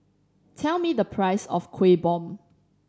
tell me the price of Kueh Bom